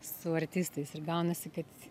su artistais ir gaunasi kad